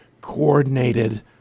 coordinated